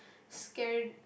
scared